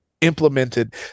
implemented